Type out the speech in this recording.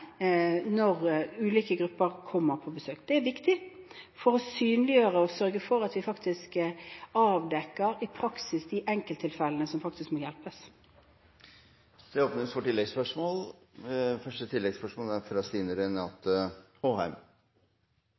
når ulike grupper kommer på besøk. Det er viktig for å synliggjøre og sørge for at vi avdekker i praksis de enkelttilfellene som faktisk må hjelpes. Det åpnes for oppfølgingsspørsmål – Stine Renate Håheim.